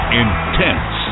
intense